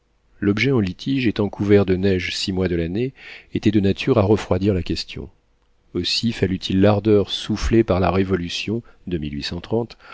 l'objet en litige étant couvert de neige six mois de l'année était de nature à refroidir la question aussi fallut-il l'ardeur soufflée par la révolution de